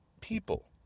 people